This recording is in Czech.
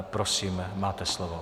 Prosím, máte slovo.